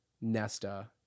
Nesta